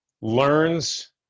learns